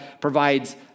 provides